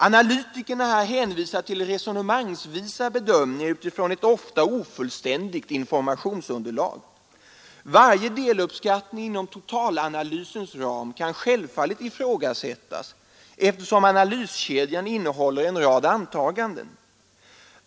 ”Analytikern är här hänvisad till resonemangsvisa bedömningar utifrån ett ofta ofullständigt informationsunderlag. Varje deluppskattning inom totalanalysens ram kan självfallet ifrågasättas eftersom analyskedjan innehåller en rad antaganden.